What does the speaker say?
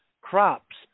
crops